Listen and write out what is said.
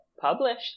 published